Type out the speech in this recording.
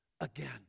again